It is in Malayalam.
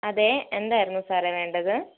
അതെ എന്തായിരുന്നു സാറേ വേണ്ടത്